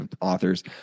authors